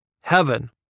heaven